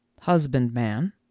husbandman